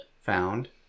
found